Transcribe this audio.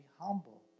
humble